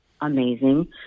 amazing